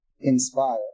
inspire